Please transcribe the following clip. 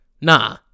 nah